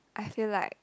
I feel like